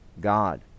God